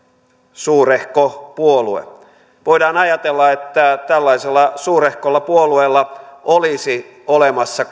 suurehko puolue voidaan ajatella että tällaisella suurehkolla puolueella olisi olemassa